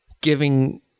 giving